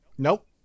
nope